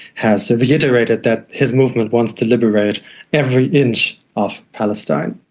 has reiterated that his movement wants to liberate every inch of palestine.